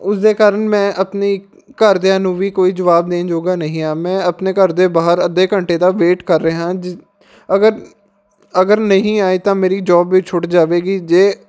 ਉਸਦੇ ਕਾਰਨ ਮੈਂ ਆਪਣੀ ਘਰਦਿਆਂ ਨੂੰ ਵੀ ਕੋਈ ਜਵਾਬ ਦੇਣ ਜੋਗਾ ਨਹੀਂ ਹਾਂ ਮੈਂ ਆਪਣੇ ਘਰ ਦੇ ਬਾਹਰ ਅੱਧੇ ਘੰਟੇ ਦਾ ਵੇਟ ਕਰ ਰਿਹਾ ਹਾਂ ਜੀ ਅਗਰ ਅਗਰ ਨਹੀਂ ਆਏ ਤਾਂ ਮੇਰੀ ਜੋਬ ਵੀ ਛੁੱਟ ਜਾਵੇਗੀ ਜੇ